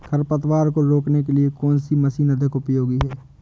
खरपतवार को रोकने के लिए कौन सी मशीन अधिक उपयोगी है?